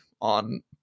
on